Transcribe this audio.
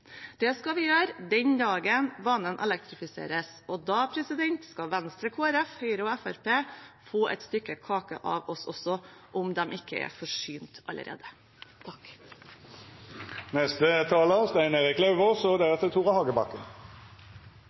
Det skal vi gjøre den dagen banen elektrifiseres. Da skal Venstre, Kristelig Folkeparti, Høyre og Fremskrittspartiet få et stykke kake av oss også, om de ikke er forsynt allerede. Jeg skal ikke snakke om bompenger og